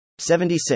76